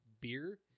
beer